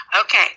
Okay